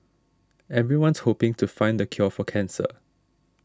everyone's hoping to find the cure for cancer